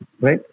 right